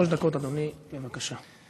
שלוש דקות, אדוני, בבקשה.